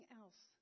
else